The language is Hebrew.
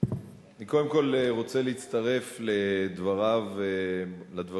אני קודם כול רוצה להצטרף לדברים שבהם